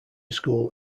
school